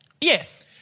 Yes